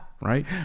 right